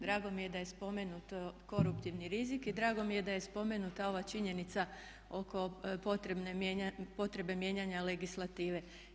Drago mi je da je spomenuto koruptivni rizik i drago mi je da je spomenuta ova činjenica oko potrebe mijenjanja legislative.